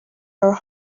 your